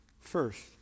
First